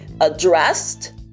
addressed